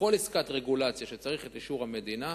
בכל עסקת רגולציה שצריך אישור המדינה,